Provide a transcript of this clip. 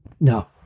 No